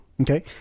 Okay